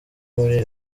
muri